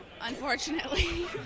unfortunately